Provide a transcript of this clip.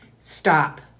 stop